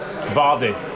Vardy